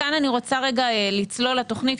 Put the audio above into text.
כאן אני רוצה לצלול לתוכנית.